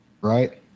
right